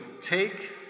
take